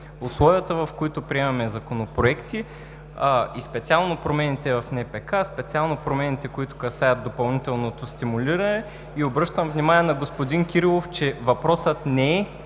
условията, в които приемаме законопроекти, и специално промените в НПК, специално промените, които касаят допълнителното стимулиране. И обръщам внимание на господин Кирилов, че въпросът не е